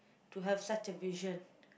to have such a vision